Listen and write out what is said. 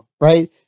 right